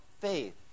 faith